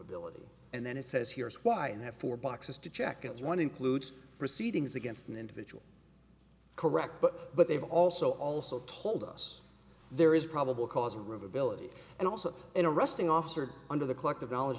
ability and then it says here is why you have four boxes to check it's one includes proceedings against an individual correct but but they've also also told us there is probable cause a river ability and also an arresting officer under the collective knowledge